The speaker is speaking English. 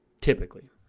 typically